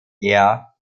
air